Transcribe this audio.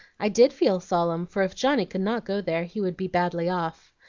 i did feel solemn, for if johnny could not go there he would be badly off.